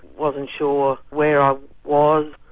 wasn't sure where i was,